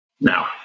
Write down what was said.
Now